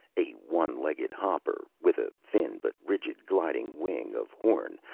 a one-legged hopper, with a thin but rigid gliding wing of horn.